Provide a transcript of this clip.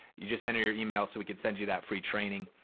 you just enter your email so we can send you that free training.